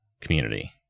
community